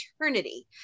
eternity